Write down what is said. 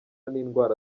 n’indwara